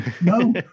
no